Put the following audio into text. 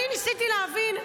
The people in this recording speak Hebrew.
אני ניסיתי להבין,